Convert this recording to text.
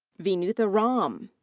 vinutha ram.